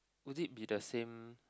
would it be the same